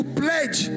pledge